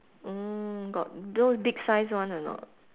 mm got those big size one or not